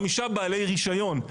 5 בעלי רישיון.